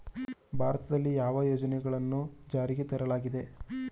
ಭಾರತದಲ್ಲಿ ಯಾವ ಯೋಜನೆಗಳನ್ನು ಜಾರಿಗೆ ತರಲಾಗಿದೆ?